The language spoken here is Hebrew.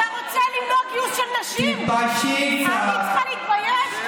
אתה רוצה למנוע גיוס של נשים, ואני צריכה להתבייש?